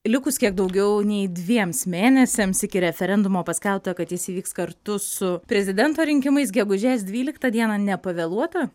likus kiek daugiau nei dviems mėnesiams iki referendumo paskelbta kad jis įvyks kartu su prezidento rinkimais gegužės dvyliktą dieną nepavėluota